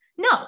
no